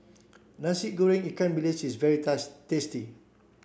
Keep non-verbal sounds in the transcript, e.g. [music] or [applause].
Nasi Goreng Ikan Bili is very [unintelligible] tasty